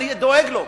אני דואג לו.